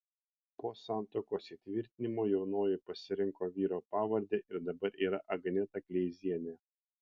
po santuokos įtvirtinimo jaunoji pasirinko vyro pavardę ir dabar yra agneta kleizienė